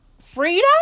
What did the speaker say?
freedom